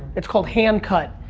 it's called hand cut.